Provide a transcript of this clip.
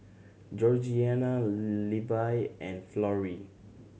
Georgianna Levi and Florrie